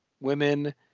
women